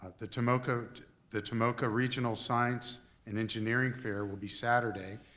the tomoka the tomoka regional science and engineering fair will be saturday,